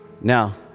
Now